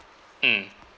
mm